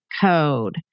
code